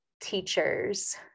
teachers